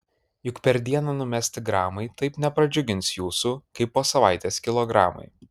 juk per dieną numesti gramai taip nepradžiugins jūsų kaip po savaitės kilogramai